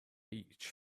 each